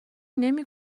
نمی